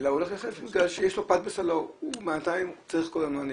אלא הוא הולך יחף בגלל שיש לו --- הוא צריך כל הזמן למכור.